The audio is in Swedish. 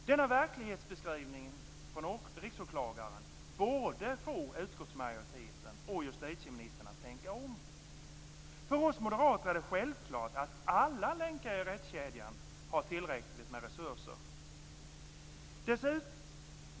Denna verklighetsbeskrivning från Riksåklagaren borde få utskottsmajoriteten och justitieministern att tänka om. För oss moderater är det självklart att alla länkar i rättskedjan har tillräckligt med resurser.